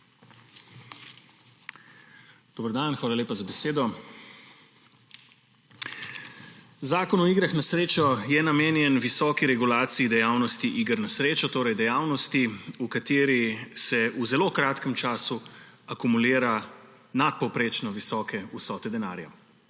Zakon o igrah na srečo je namenjen visoki regulaciji dejavnosti iger na srečo, torej dejavnosti, v kateri se v zelo kratkem času akumulira nadpovprečno visoke vsote denarja,